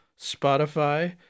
Spotify